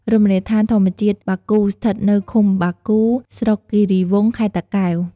រមណីយដ្ឋានធម្មជាតិបាគូរស្ថិតនៅឃុំបាគូរ ស្រុកគីរីវង់ ខេត្តតាកែវ។